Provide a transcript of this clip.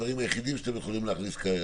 הדברים היחידים שאתם יכולים להכניס כרגע.